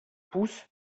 pousse